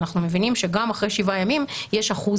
אנחנו מבינים שגם אחרי שבעה ימים יש אחוז